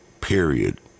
Period